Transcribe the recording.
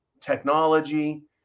technology